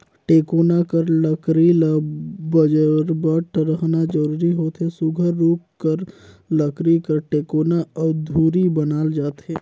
टेकोना कर लकरी ल बजरबट रहना जरूरी होथे सुग्घर रूख कर लकरी कर टेकोना अउ धूरी बनाल जाथे